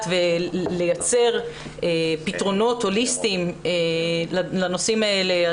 כדי לייצר פתרונות הוליסטיים לנושאים האלה.